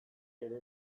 ere